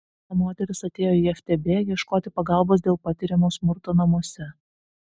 viena moteris atėjo į ftb ieškoti pagalbos dėl patiriamo smurto namuose